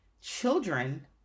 Children